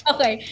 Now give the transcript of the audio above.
Okay